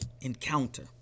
encounter